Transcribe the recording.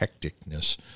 hecticness